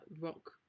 rock